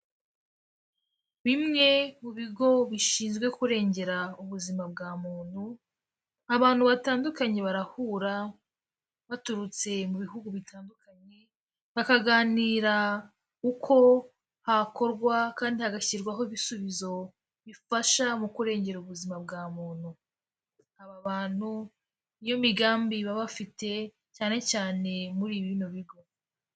Bimwe mu bigo bishinzwe kurengera ubuzima bwa muntu, abantu batandukanye barahura baturutse mu bihugu bitandukanye bakaganira uko hakorwa kandi hagashyirwaho ibisubizo bifasha mu kurengera ubuzima bwa muntu, aba bantu niyo migambi baba bafite cyane cyane muri bino bigo.